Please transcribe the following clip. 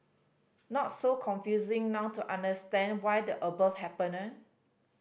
not so confusing now to understand why the above happened eh